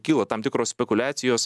kyla tam tikros spekuliacijos